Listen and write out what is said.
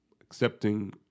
accepting